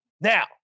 Now